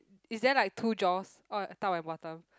is there like two jaws oh top and bottom